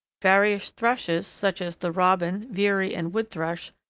various thrushes, such as the robin, veery, and wood thrush,